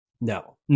No